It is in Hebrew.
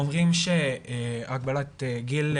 אומרים שהגבלת גיל,